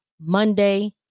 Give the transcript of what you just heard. Monday